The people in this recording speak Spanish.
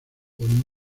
pone